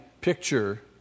picture